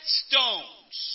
stones